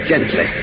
Gently